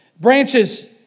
Branches